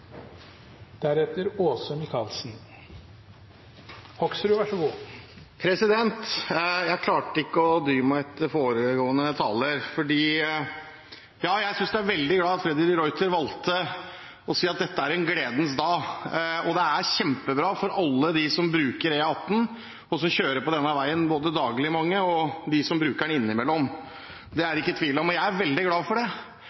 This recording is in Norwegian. veldig bra at Freddy de Ruiter valgte å si at dette er en gledens dag. Det er kjempebra for alle dem som bruker E18, både for dem som kjører på denne veien daglig, og for dem som bruker den innimellom. Det er det ikke tvil om. Jeg er veldig glad for det.